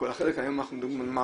אנחנו היום מדברים על המנמ"רים,